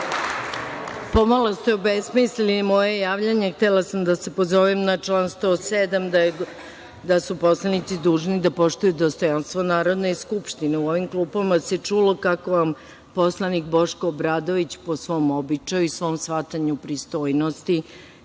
Pomalo ste obesmislili moje javljanje. Htela sam da se pozovem na član 107, da su poslanici dužni da poštuju dostojanstvo Narodne skupštine. U ovim klupama se čulo kako vam poslanik Boško Obradović, po svom običaju i svom shvatanju pristojnosti